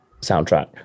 soundtrack